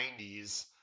90s